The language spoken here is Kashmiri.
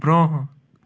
برٛونٛہہ